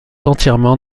entièrement